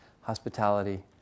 hospitality